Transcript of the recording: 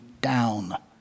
down